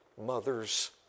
mothers